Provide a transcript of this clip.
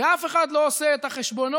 ואף אחד לא עושה את החשבונות